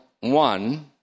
one